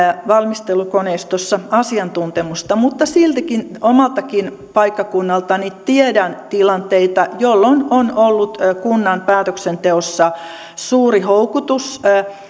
valmistelukoneistossa asiantuntemusta mutta siltikin omaltakin paikkakunnaltani tiedän tilanteita jolloin on ollut kunnan päätöksenteossa suuri houkutus